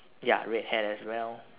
ya red hair as well